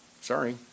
Sorry